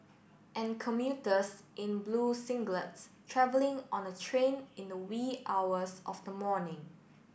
and commuters in blue singlets travelling on a train in the wee hours of the morning